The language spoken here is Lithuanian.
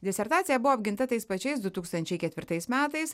disertacija buvo apginta tais pačiais du tūkstančiai ketvirtais metais